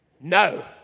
no